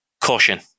caution